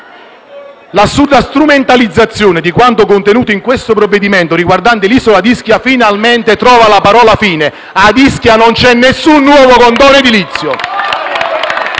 strumentalizzazione di quanto contenuto in questo provvedimento riguardante l'isola di Ischia finalmente trovala parola «fine». Ad Ischia non c'è alcun nuovo condono edilizio!